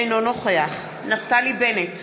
אינו נוכח נפתלי בנט,